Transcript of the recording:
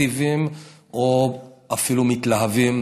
אקטיביים או אפילו מתלהבים,